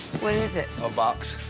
what is it? a box.